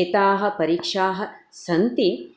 एताः परीक्षाः सन्ति